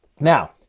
Now